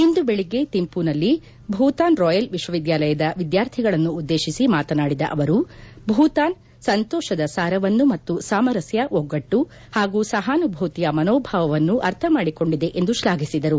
ಇಂದು ಬೆಳಗ್ಗೆ ಥಿಂಘುನಲ್ಲಿ ಭೂತಾನ್ ರಾಯಲ್ ವಿಶ್ವವಿದ್ದಾಲಯದ ವಿದ್ದಾರ್ಥಿಗಳನ್ನು ಉದ್ದೇಶಿಸಿ ಮಾತನಾಡಿದ ಅವರು ಭೂತಾನ್ ಸಂತೋಷದ ಸಾರವನ್ನು ಮತ್ತು ಸಾಮರಸ್ಕ ಒಗ್ಗಟ್ಟು ಮತ್ತು ಸಹಾನುಭೂತಿಯ ಮನೋಭಾವವನ್ನು ಅರ್ಥಮಾಡಿಕೊಂಡಿದೆ ಎಂದು ಶ್ಲಾಭಿಸಿದರು